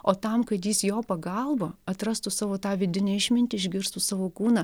o tam kad jis jo pagalba atrastų savo tą vidinę išmintį išgirstų savo kūną